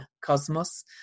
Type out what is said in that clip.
cosmos